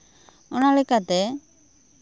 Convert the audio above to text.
ᱚᱱᱟ ᱞᱮᱠᱟᱛᱮ